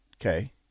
Okay